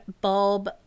bulb